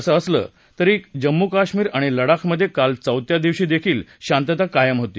असं असलं तरी जम्मू कश्मीर आणि लडाखमधे काल चोथ्या दिवशीदेखील शातता कायम होती